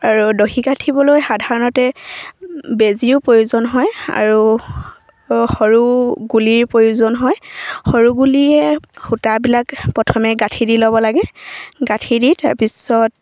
আৰু দহি গাঁঠিবলৈ সাধাৰণতে বেজীও প্ৰয়োজন হয় আৰু সৰু গুলিৰ প্ৰয়োজন হয় সৰু গুলিয়ে সূতাবিলাক প্ৰথমে গাঁঠি দি ল'ব লাগে গাঁঠি দি তাৰপিছত